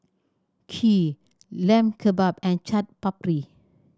Kheer Lamb Kebab and Chaat Papri